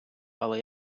але